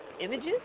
images